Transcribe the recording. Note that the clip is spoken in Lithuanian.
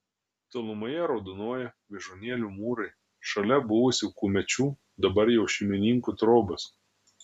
tolumoje raudonuoja vyžuonėlių mūrai šalia buvusių kumečių dabar jau šeimininkų trobos